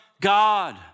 God